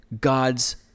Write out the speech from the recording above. god's